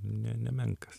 ne nemenkas